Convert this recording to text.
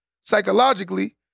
psychologically